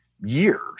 years